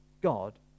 God